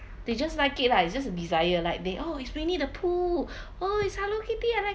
they just like it lah it's just a desire like they oh it's winnie the pooh oh it's hello kitty and I